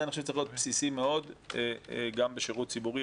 צריך להיות בסיסי מאוד גם בשירות ציבורי,